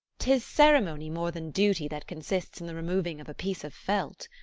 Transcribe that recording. tis ceremony more than duty that consists in the removing of a piece of felt.